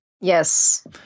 Yes